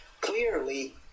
clearly